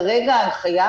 כרגע ההנחיה,